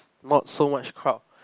not so much crowd